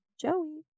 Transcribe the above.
Joey